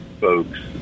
folks